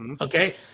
okay